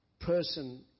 person